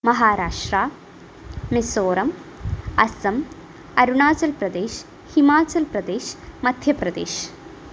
Maharashtra Mizoram Assam Arunachal Pradesh Himachal Pradesh Madhya Pradesh